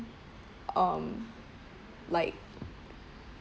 um like